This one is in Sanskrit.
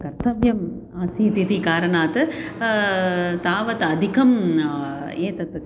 कर्तव्यम् आसीतीति कारणात् तावत् अधिकम् एतद्